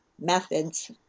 methods